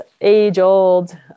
age-old